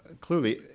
clearly